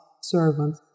servant